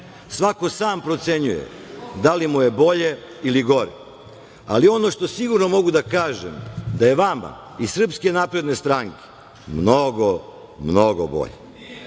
Svako sam procenjuje da li mu je bolje ili gore, ali ono što sigurno mogu da kažem da je vama iz SNS mnogo, mnogo bolje.